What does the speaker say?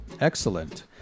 excellent